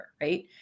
right